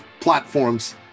platforms